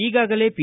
ಈಗಾಗಲೇ ಪಿ